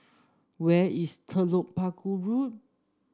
where is Telok Paku Road